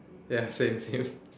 ya same same